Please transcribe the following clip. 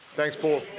thanks, pull.